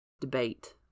debate